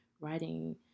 writing